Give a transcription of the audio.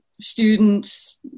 Students